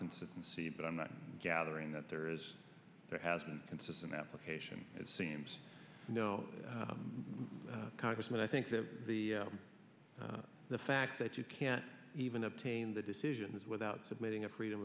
consistency but i'm not gathering that there is there has been consistent application it seems you know congressman i think that the the fact that you can't even obtain the decisions without submitting a freedom